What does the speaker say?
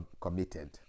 committed